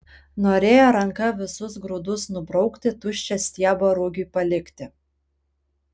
norėjo ranka visus grūdus nubraukti tuščią stiebą rugiui palikti